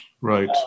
Right